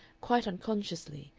quite unconsciously,